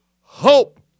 hope